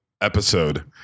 episode